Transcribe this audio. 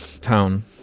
town